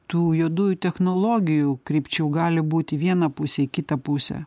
tų juodųjų technologijų krypčių gali būt į viena pusė į kitą pusę